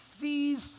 sees